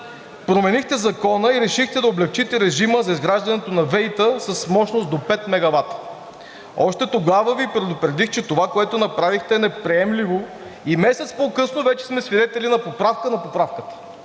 променихте Закона и решихте да облекчите режима за изграждането на ВЕИ-та с мощност до пет мегавата. Още тогава Ви предупредих, че това, което направихте, е неприемливо и месец по-късно вече сме свидетели на поправка на поправката.